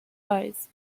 eyes